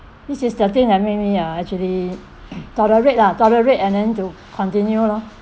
this is the thing that made me uh actually tolerate lah tolerate and then to continue lor